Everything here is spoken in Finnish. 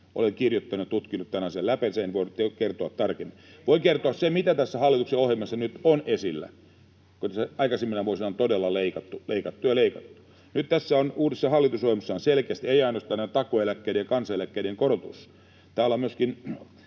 Olen kirjoittanut ja tutkinut tämän asian läpeensä, ja nyt voin kertoa tarkemmin. Voin kertoa sen, mitä tässä hallituksen ohjelmassa nyt on esillä, kun aikaisempina vuosina on todella leikattu, leikattu ja leikattu. Nyt tässä uudessa hallitusohjelmassa selkeästi ei ole ainoastaan näiden takuueläkkeiden ja kansaneläkkeiden korotus vaan me on myös